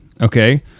okay